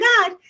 God